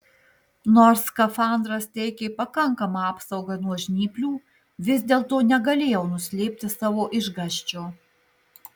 nors skafandras teikė pakankamą apsaugą nuo žnyplių vis dėlto negalėjau nuslėpti savo išgąsčio